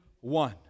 one